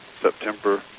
September